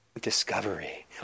Discovery